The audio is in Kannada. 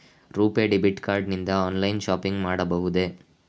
ರುಪೇ ಡೆಬಿಟ್ ಕಾರ್ಡ್ ನಿಂದ ಆನ್ಲೈನ್ ಶಾಪಿಂಗ್ ಮಾಡಬಹುದೇ?